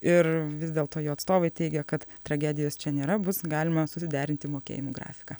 ir vis dėlto jo atstovai teigia kad tragedijos čia nėra bus galima susiderinti mokėjimų grafiką